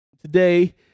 Today